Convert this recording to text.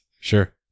Sure